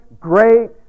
great